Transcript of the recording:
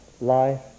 life